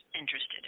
interested